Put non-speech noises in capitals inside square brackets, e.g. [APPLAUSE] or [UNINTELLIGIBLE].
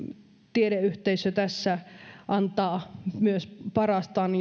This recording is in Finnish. tiedeyhteisö tässä antaa myös parastaan [UNINTELLIGIBLE]